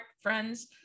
friends